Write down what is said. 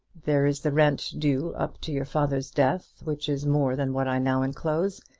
there is the rent due up to your father's death, which is more than what i now enclose,